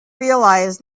realise